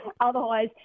Otherwise